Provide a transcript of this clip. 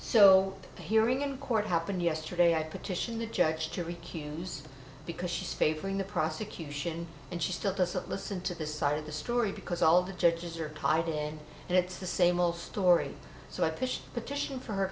i hearing in court happened yesterday i petitioned the judge to recuse because she's favoring the prosecution and she still doesn't listen to this side of the story because all the churches are tied in and it's the same old story so i push petition for her